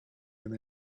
them